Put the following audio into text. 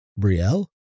Brielle